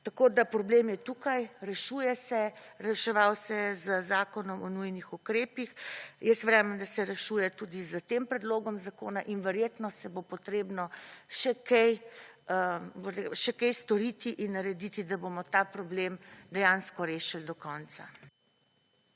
Tako da, problem je tukaj, rešuje se, reševal se je z Zakonom o nujnih ukrepih. Jaz verjamem, da se rešuje tudi z tem predlogom zakona in verjetno se bo potrebno še kaj, še kaj storiti in narediti, da bomo ta problem dejansko rešil do konca.